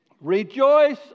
Rejoice